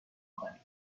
کنیم